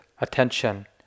attention